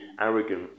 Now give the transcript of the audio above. arrogant